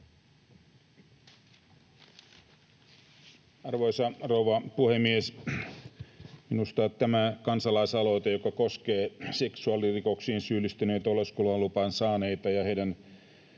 Arvoisa rouva puhemies! Minusta tämä kansalaisaloite, joka koskee seksuaalirikoksiin syyllistyneitä oleskeluluvan saaneita ja heidän